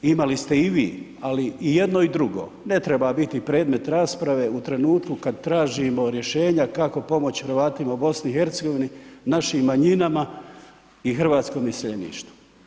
Imali ste i vi ali i jedno i drugo ne treba biti predmet rasprave u trenutku kada tražimo rješenja kako pomoći Hrvatima u BiH, našim manjinama i hrvatskom iseljeništvu.